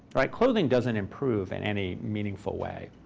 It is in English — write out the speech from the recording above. like clothing doesn't improve in any meaningful way.